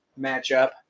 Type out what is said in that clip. matchup